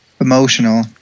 emotional